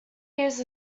years